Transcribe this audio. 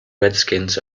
redskins